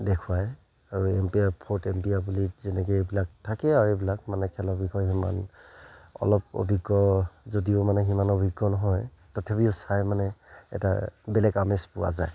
দেখুৱায় আৰু umpire fourth umpire বুলি যেনেকৈ এইবিলাক থাকে আৰু এইবিলাক মানে খেলৰ বিষয়ে সিমান অলপ অভিজ্ঞ যদিও মানে সিমান অভিজ্ঞ নহয় তথাপিও চাই মানে এটা বেলেগ আমেজ পোৱা যায়